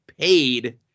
paid